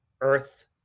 earth